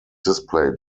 display